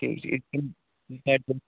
ٹھیٖک چھُ